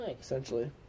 essentially